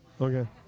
Okay